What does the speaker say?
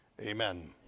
amen